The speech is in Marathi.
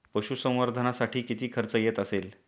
पशुसंवर्धनासाठी किती खर्च येत असेल?